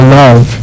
love